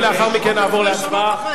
ולאחר מכן נעבור להצבעה.